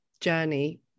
journey